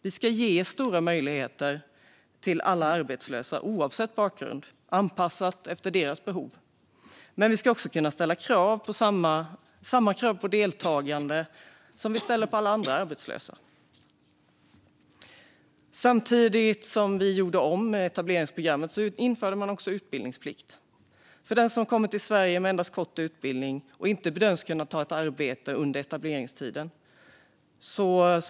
Vi ska ge stora möjligheter till alla arbetslösa inom programmet, oavsett bakgrund och anpassat efter deras behov, men också ställa samma krav på deltagande som vi ställer på alla andra arbetslösa. Samtidigt som vi gjorde om etableringsprogrammet införde vi också utbildningsplikt för den som kommer till Sverige med endast kort utbildning och som bedöms inte kunna få arbete under etableringstiden.